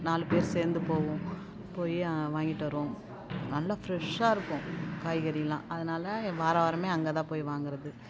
நாலு பேர் சேர்ந்து போவோம் போய் வாங்கிட்டு வருவோம் நல்லா ஃப்ரெஷ்ஷாக இருக்கும் காய்கறிலாம் அதனால வாரம் வாரமே அங்கே தான் போய் வாங்குறது